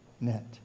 net